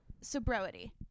sobriety